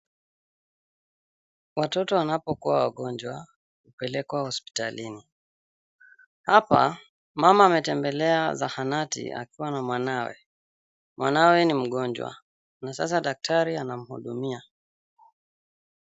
Watoto wanapokua wagonjwa hupelekwa hospitalini, hapa mama ametembelea zahanati akiwa na mwanawe. Mwanawe ni mgonjwa na sasa daktari anamhudumia.